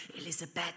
Elizabeth